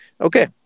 Okay